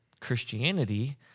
Christianity